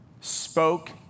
spoke